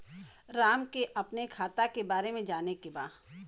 राम के अपने खाता के बारे मे जाने के बा?